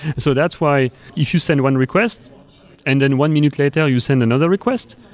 so that's why if you send one request and then one minute later you send another request,